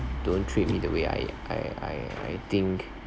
don't treat me the way I I I I think